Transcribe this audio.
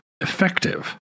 effective